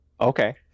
Okay